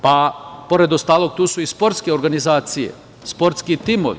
Pored ostalog, tu su i sportske organizacije, sportski timovi.